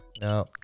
no